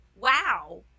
wow